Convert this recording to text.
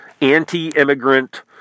anti-immigrant